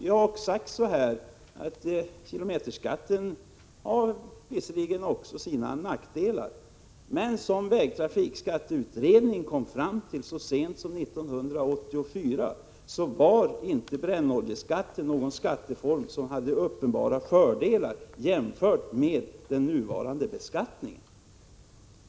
Jag har sagt att kilometerskatten visserligen har sina nackdelar, men vägtrafikskatteutredningen kom så sent som 1984 fram till att brännoljeskatt inte var en form av skatt som hade uppenbara fördelar jämfört med den nuvarande kilometerskatten.